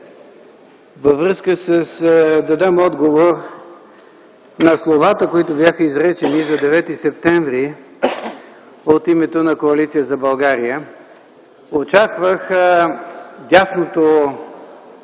за да дам отговор на словата, които бяха изречени за Девети септември от името на Коалиция за България. Очаквах дясното